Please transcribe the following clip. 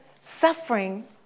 suffering